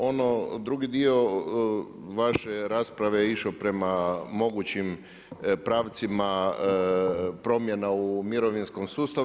Ono drugi dio vaše rasprave je išao prema mogućim pravcima promjena u mirovinskom sustavu.